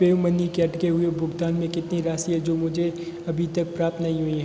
PayUmoney के अटके हुए भुगतान में कितनी राशि है जो मुझे अभी तक प्राप्त नहीं हुई है